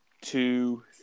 two